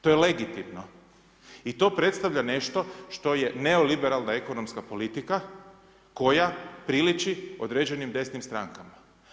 To je legitimni i to predstavlja nešto što je neoliberalna ekonomska politika koja priliči određenim desnim strankama.